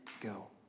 go